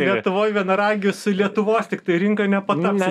lietuvoj vienaragiu su lietuvos tiktai rinka nepatapsi